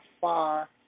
far